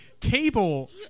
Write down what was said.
Cable